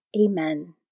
Amen